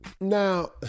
now